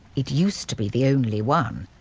it used to be the only one.